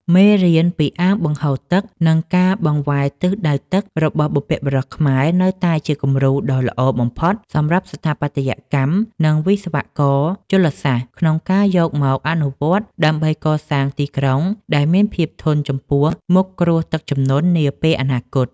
មេរៀនពី អាងបង្អង់ទឹក និងការបង្វែរទិសដៅទឹក របស់បុព្វបុរសខ្មែរ នៅតែជាគំរូដ៏ល្អបំផុតសម្រាប់ស្ថាបត្យករ និងវិស្វករជលសាស្ត្រក្នុងការយកមកអនុវត្ត ដើម្បីកសាងទីក្រុងដែលមានភាពធន់ចំពោះមុខគ្រោះទឹកជំនន់នាពេលអនាគត។